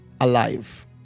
alive